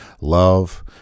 love